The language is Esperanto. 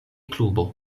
klubo